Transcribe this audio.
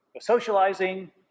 socializing